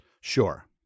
Sure